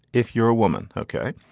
if you're a woman. okay.